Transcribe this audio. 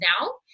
now